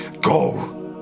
Go